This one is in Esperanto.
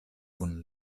kun